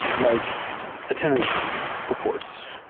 like attendance reports,